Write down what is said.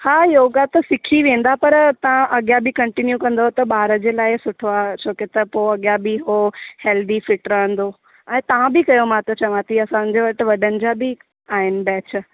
हा योगा त सिखी वेंदा पर तव्हां अॻियां बि कंटिन्यू कंदव त ॿार जे लाइ सुठो आहे छो की त पोइ ॿिया बि हो हेल्दी फ़िट रहंदो ऐं तव्हां बि कयो मां त चवां थी असांजे वटि वॾनि जा बि आहिनि बैच